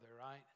right